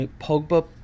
Pogba